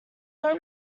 not